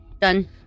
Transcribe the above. done